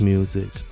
Music